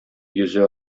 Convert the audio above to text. йөзе